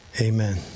amen